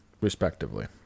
respectively